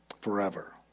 forever